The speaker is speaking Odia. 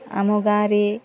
ଆମ ଗାଁରେ